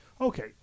Okay